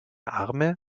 arme